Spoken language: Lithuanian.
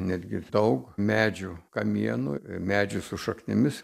netgi daug medžių kamienų medžiai su šaknimis